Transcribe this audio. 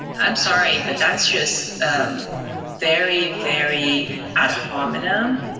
i'm sorry, but that's just very, very ad hominem,